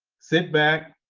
sit back.